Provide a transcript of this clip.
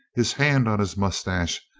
his hand on his moustachio,